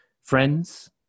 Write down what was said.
friends